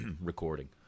recording